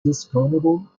discernible